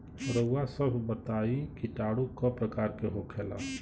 रउआ सभ बताई किटाणु क प्रकार के होखेला?